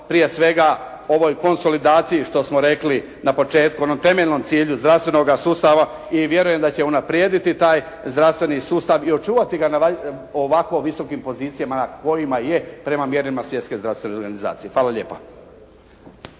prije svega ovoj konsolidaciji što smo rekli na početku, onom temeljnom cilju zdravstvenoga sustava i vjerujem da će unaprijediti taj zdravstveni sustav i očuvati ga na ovako visokim pozicijama na kojima je prema mjerilima Svjetske zdravstvene organizacije. Hvala lijepa.